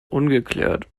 ungeklärt